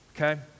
okay